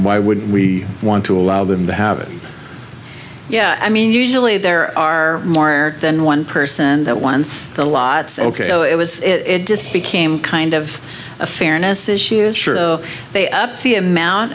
why would we want to allow them to have it yeah i mean usually there are more than one person that once the lats ok so it was it just became kind of a fairness issue they upped the amount